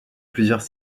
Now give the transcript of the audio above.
plusieurs